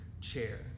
chair